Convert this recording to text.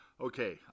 Okay